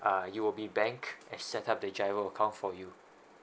uh UOB bank and set up the G_I_R_O account for you